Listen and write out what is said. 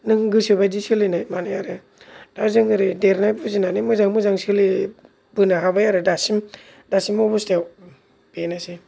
नों गोसो बायदि सोलिनाय मानाय आरो दा जों ओरै देरनाय बुजिनानै मोजाङै मोजां सोलिबोनो हाबाय आरो बिसिम दासिम अबस्ता आव बेनोसै